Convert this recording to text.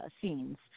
scenes